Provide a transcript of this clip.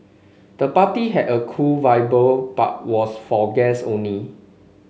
the party had a cool but was for guests only